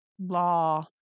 Law